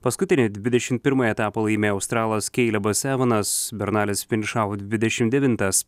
paskutinį dvidešim pirmąjį etapą laimėjo australas keilebas evanas bernalis finišavo dvidešim devintas